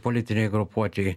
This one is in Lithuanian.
politinei grupuotei